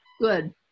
good